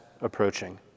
approaching